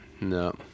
no